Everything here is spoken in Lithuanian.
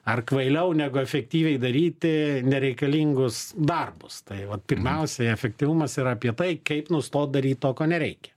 ar kvailiau negu efektyviai daryti nereikalingus darbus tai vat pirmiausiai efektyvumas yra apie tai kaip nustot daryt to ko nereikia